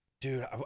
Dude